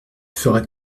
feras